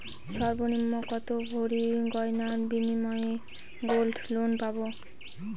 সর্বনিম্ন কত ভরি গয়নার বিনিময়ে গোল্ড লোন পাব?